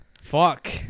Fuck